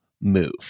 move